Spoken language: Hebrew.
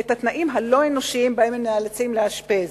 ואת התנאים הלא-אנושיים שבהם הם נאלצים לאשפז.